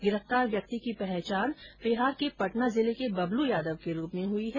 गिरफ्तार व्यक्ति की पहचान बिहार के पटना जिले के बबलू यादव के रूप में हुई है